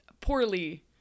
poorly